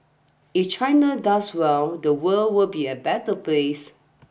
if China does well the world will be a better place